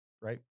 right